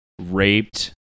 raped